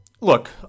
Look